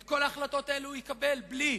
את כל ההחלטות האלה הוא יקבל בלי,